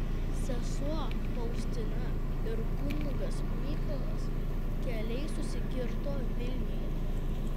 sesuo faustina ir kunigas mykolas keliai susikirto vilniuje